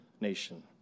nation